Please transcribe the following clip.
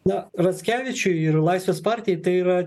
na rackevičiui ir laisvės partijai tai yra